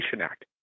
act